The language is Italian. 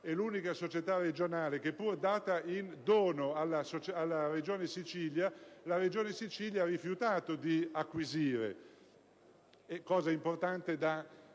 è l'unica società regionale che, pur data in dono alla Regione Sicilia, la Regione ha rifiutato di acquisire, cosa importante da tener